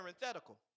parenthetical